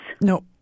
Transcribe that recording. No